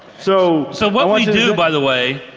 so so what we do by the way.